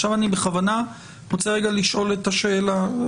עכשיו אני בכוונה רוצה רגע לשאול את השאלה.